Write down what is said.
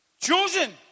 Chosen